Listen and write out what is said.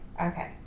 okay